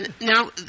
Now